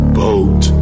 boat